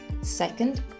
Second